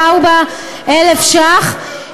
זה 3.684 מיליון שקלים,